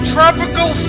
Tropical